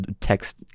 text